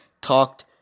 talked